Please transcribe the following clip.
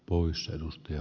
poissa ja